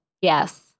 Yes